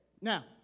Now